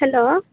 hello